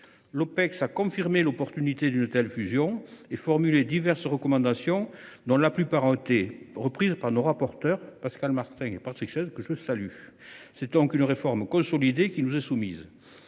L’Opecst a confirmé l’opportunité d’une telle fusion et formulé diverses recommandations ; la plupart ont été reprises par nos rapporteurs, Pascal Martin et Patrick Chaize, dont je salue le travail. C’est donc une réforme consolidée qui nous est soumise.